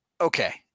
okay